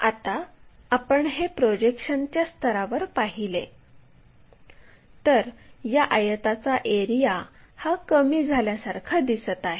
आता आपण हे प्रोजेक्शन्सच्या स्तरावर पाहिले तर या आयताचा एरिया हा कमी झाल्यासारखा दिसत आहे